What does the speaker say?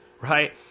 right